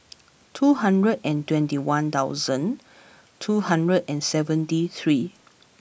two hundred and twenty one thousand two hundred and seventy three